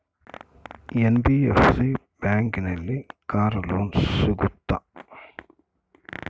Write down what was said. NBFC ಬ್ಯಾಂಕಿನಲ್ಲಿ car loan ಸಿಗುತ್ತಾ?